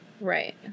Right